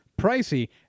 pricey